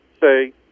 say